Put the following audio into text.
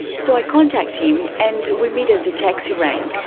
so i contact him and we meet at the taxi rank.